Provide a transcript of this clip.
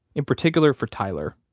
in particular for tyler.